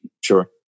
Sure